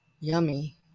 Yummy